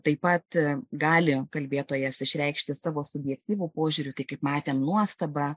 taip pat gali kalbėtojas išreikšti savo subjektyvų požiūrį tai kaip matėm nuostabą